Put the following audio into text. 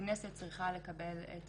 שהכנסת צריכה לקבל את